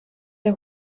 der